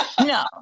No